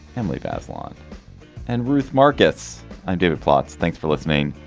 emily bazelon and ruth marcus and david plotz. thanks for listening.